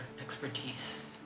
expertise